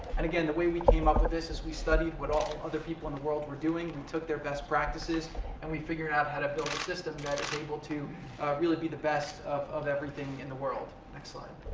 and again, the way we came up with this is we studied what other people in the world were doing, took their best practices and we figured out how to build a system that is able to really be the best of of everything in the world. next slide.